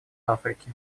африки